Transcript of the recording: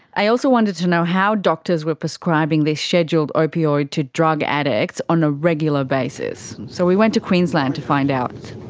i also wanted to know how doctors were prescribing this scheduled opioid to drug addicts on a regular basis. so we went to queensland to find out.